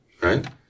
right